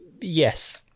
yes